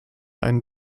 ein